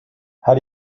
how